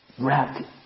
Wrapped